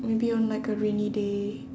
maybe on like a rainy day